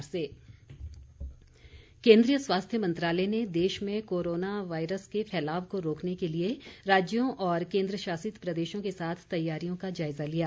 corona virus केन्द्रीय स्वास्थ्य मंत्रालय ने देश में कोरोना वायरस के फैलाव को रोकने के लिए राज्यों और केन्द्रशासित प्रदेशों के साथ तैयारियों का जायजा लिया